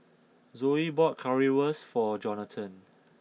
Zoey bought Currywurst for Jonathan